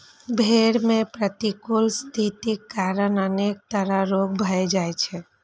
भेड़ मे प्रतिकूल स्थितिक कारण अनेक तरह रोग भए जाइ छै